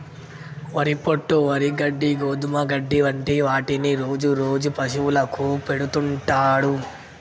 వరి పొట్టు, వరి గడ్డి, గోధుమ గడ్డి వంటి వాటిని రాజు రోజు పశువులకు పెడుతుంటాడు